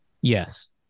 Yes